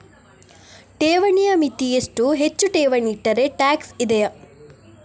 ಠೇವಣಿಯ ಮಿತಿ ಎಷ್ಟು, ಹೆಚ್ಚು ಠೇವಣಿ ಇಟ್ಟರೆ ಟ್ಯಾಕ್ಸ್ ಇದೆಯಾ?